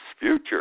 future